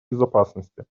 безопасности